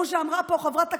כמו שאמרה פה חברת הכנסת,